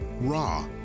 raw